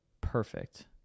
perfect